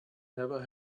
never